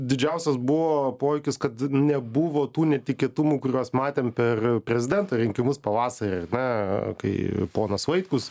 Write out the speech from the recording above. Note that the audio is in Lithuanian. didžiausias buvo poveikis kad nebuvo tų netikėtumų kuriuos matėm per prezidento rinkimus pavasarį ar ne kai ponas vaitkus